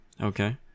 okay